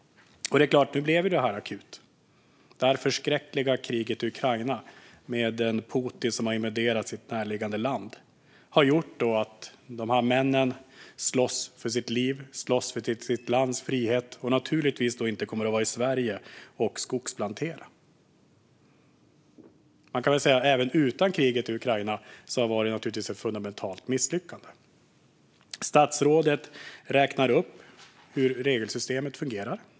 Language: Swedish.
Nu blev ju det här akut. Det förskräckliga kriget i Ukraina med en Putin som har invaderat ett närliggande land har gjort att dessa män slåss för sitt liv och för sitt lands frihet. Naturligtvis kommer de då inte att vara i Sverige och skogsplantera. Men även utan kriget i Ukraina var detta ett fundamentalt misslyckande. Statsrådet räknar upp hur regelsystemet fungerar.